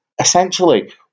essentially